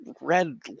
red